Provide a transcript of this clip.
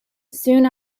soon